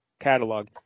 catalog